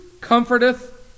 comforteth